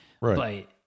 Right